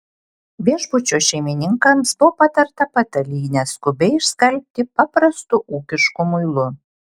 viešbučio šeimininkams buvo patarta patalynę skubiai išskalbti paprastu ūkišku muilu